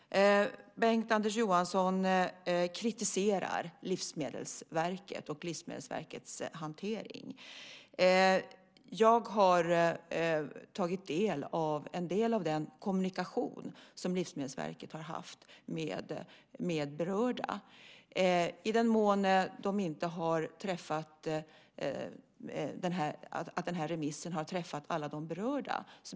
Bengt-Anders Johansson kritiserar Livsmedelsverkets hantering. Jag har tagit del av en del av den kommunikation som Livsmedelsverket har haft med berörda. Jag beklagar i den mån remissen inte har träffat alla berörda.